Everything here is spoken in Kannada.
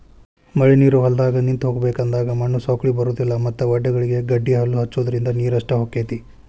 ಮಳಿನೇರು ಹೊಲದಾಗ ನಿಂತ ಹೋಗಬೇಕ ಅಂದಾಗ ಮಣ್ಣು ಸೌಕ್ಳಿ ಬರುದಿಲ್ಲಾ ಮತ್ತ ವಡ್ಡಗಳಿಗೆ ಗಡ್ಡಿಹಲ್ಲು ಹಚ್ಚುದ್ರಿಂದ ನೇರಷ್ಟ ಹೊಕೈತಿ